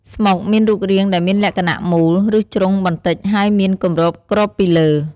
ស្មុកមានរូបរាងដែលមានលក្ខណៈមូល ឬជ្រុងបន្តិចហើយមានគម្របគ្របពីលើ។